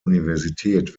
universität